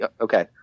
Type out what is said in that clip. okay